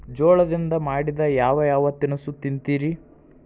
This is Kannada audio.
ಜೋಳದಿಂದ ಮಾಡಿದ ಯಾವ್ ಯಾವ್ ತಿನಸು ತಿಂತಿರಿ?